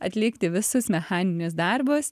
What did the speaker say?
atlikti visus mechaninius darbus